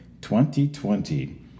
2020